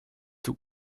tout